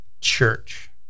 church